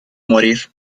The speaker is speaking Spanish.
morir